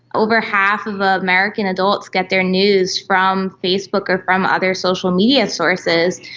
over half of american adults get their news from facebook or from other social media sources,